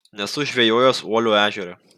nesu žvejojęs uolio ežere